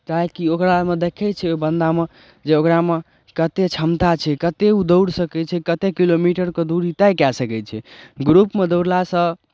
ताकि ओकरामे देखै छै ओहि बन्दामे जे ओकरामे कतेक क्षमता छै कतेक ओ दौड़ सकै छै कतेक किलोमीटरके दूरी तय कए सकै छै ग्रुपमे दौड़लासँ